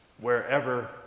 wherever